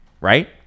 right